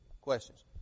questions